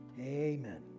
Amen